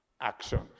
action